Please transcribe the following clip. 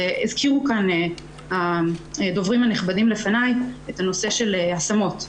והזכירו כאן הדוברים הנכבדים לפניי את הנושא של השמות.